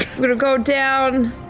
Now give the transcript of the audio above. going to go down,